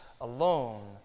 alone